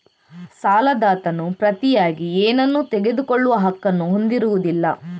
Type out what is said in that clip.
ಸಾಲದಾತನು ಪ್ರತಿಯಾಗಿ ಏನನ್ನೂ ತೆಗೆದುಕೊಳ್ಳುವ ಹಕ್ಕನ್ನು ಹೊಂದಿರುವುದಿಲ್ಲ